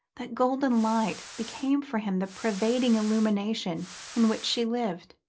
that golden light became for him the pervading illumination in which she lived.